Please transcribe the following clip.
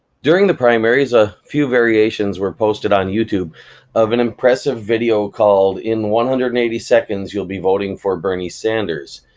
during the primaries, a few variations were posted on youtube of an impressive video called in one hundred and eighty seconds you will be voting for bernie sanders,